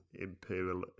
Imperial